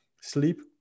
sleep